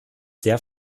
sehr